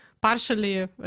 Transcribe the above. partially